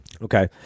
Okay